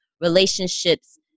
relationships